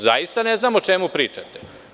Zaista ne znam o čemu pričate.